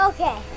Okay